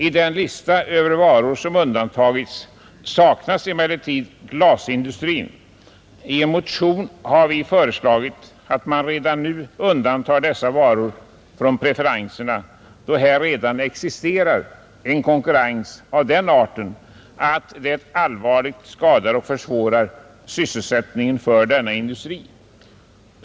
I den lista över varor som undantagits saknas emellertid varor från glasindustrin. I en motion har vi föreslagit att man redan nu undantar dessa varor från preferenserna, då här redan existerar en konkurrens av den arten att den allvarligt skadar och försvårar sysselsättningen för denna industri.